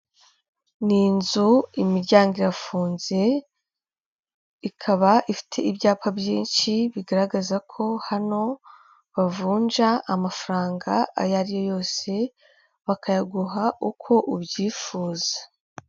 Ni inzu imiryango irafunze ikaba ifite ibyapa byinshi bigaragaza ko hano bavunja amafaranga ayo ari yo yose bakayaguha uko ubyifuza.